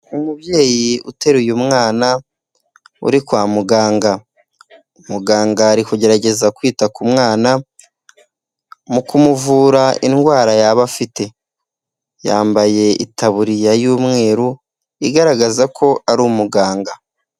Umubyeyi uteruye mwana uri kwa muganga, muganga ari kugerageza kwita ku mwana mu kumuvura indwara yaba afite, yambaye itaburiya y'umweru igaragaza ko ari umuganga.